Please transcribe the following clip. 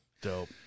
dope